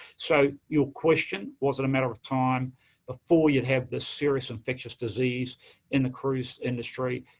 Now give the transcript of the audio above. so, your question, was it a matter of time before you'd have this serious infectious disease in the cruise industry?